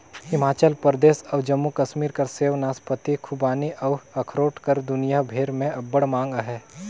हिमाचल परदेस अउ जम्मू कस्मीर कर सेव, नासपाती, खूबानी अउ अखरोट कर दुनियां भेर में अब्बड़ मांग अहे